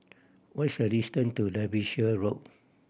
what is a distance to Derbyshire Road